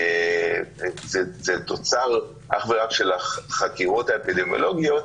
זה תוצר אך ורק של החקירות האפידמיולוגיות,